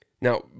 Now